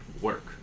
work